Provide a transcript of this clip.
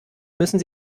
müssen